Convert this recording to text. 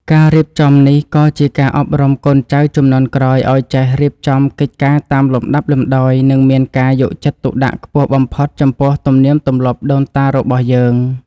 ការរៀបចំនេះក៏ជាការអប់រំកូនចៅជំនាន់ក្រោយឱ្យចេះរៀបចំកិច្ចការតាមលំដាប់លំដោយ និង មានការយកចិត្តទុកដាក់ខ្ពស់បំផុតចំពោះទំនៀមទម្លាប់ដូនតារបស់យើង។